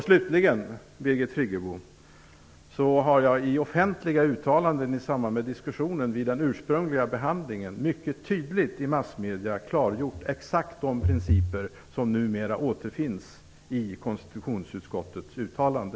Slutligen, Birgit Friggebo, har jag i offentliga uttalanden i samband med diskussionen vid den ursprungliga behandlingen mycket tydligt i massmedier klargjort exakt de principer som numera återfinns i konstitutionsutskottets uttalande.